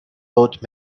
both